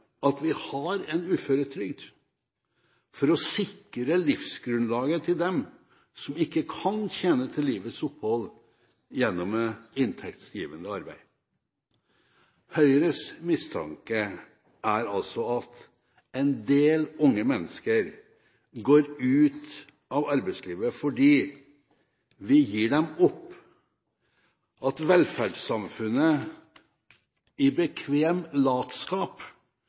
dem som ikke kan tjene til livets opphold gjennom inntektsgivende arbeid. Høyres mistanke er altså at en del unge mennesker går ut av arbeidslivet fordi vi gir dem opp, at velferdssamfunnet – i bekvem latskap